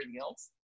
else